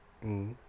mmhmm